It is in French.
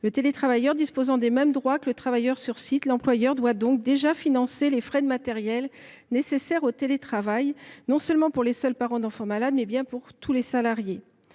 Le télétravailleur disposant des mêmes droits que le travailleur sur site, l’employeur doit donc déjà financer les frais de matériel nécessaire au télétravail, non seulement pour les parents d’enfants malades, mais aussi pour tous les salariés.